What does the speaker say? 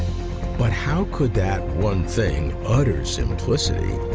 but how could that one thing, utter simplicity,